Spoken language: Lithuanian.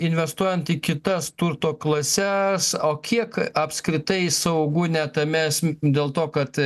investuojant į kitas turto klases o kiek apskritai saugu ne tame esm dėl to kad